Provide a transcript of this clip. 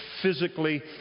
physically